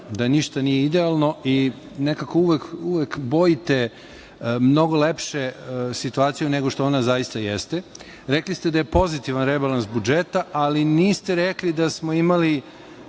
da ništa nije idealno. Nekako uvek bojite mnogo lepše situaciju nego što ona zaista jeste. Rekli ste da je pozitivan rebalans budžeta, ali niste rekli da smo imali